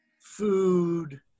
food